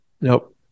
Nope